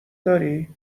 داری